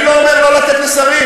אני לא אומר לא לתת לשרים,